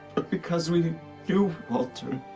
but because we knew walter,